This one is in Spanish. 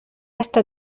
hasta